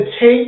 take